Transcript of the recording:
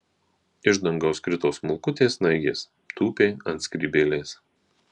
iš dangaus krito smulkutės snaigės tūpė ant skrybėlės